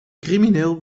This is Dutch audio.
crimineel